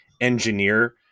engineer